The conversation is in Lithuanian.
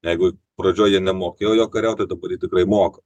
jeigu pradžioj jie nemokėjo jo kariaut tai dabar jie tikrai moka